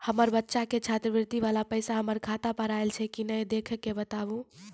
हमार बच्चा के छात्रवृत्ति वाला पैसा हमर खाता पर आयल छै कि नैय देख के बताबू?